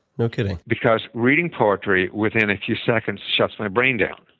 no kidding. because reading poetry within a few seconds shuts my brain down.